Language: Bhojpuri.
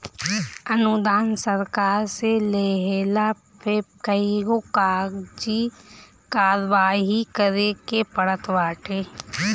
अनुदान सरकार से लेहला पे कईगो कागजी कारवाही करे के पड़त बाटे